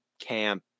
camp